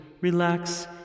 Relax